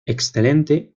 excelente